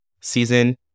season